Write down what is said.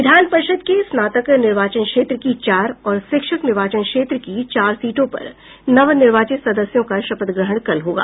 विधान परिषद् के स्नातक निर्वाचन क्षेत्र की चार और शिक्षक निर्वाचन क्षेत्र की चार सीटों पर नवनिर्वाचित सदस्यों का शपथ ग्रहण कल होगा